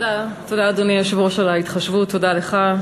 אדוני היושב-ראש, תודה על ההתחשבות, תודה לך.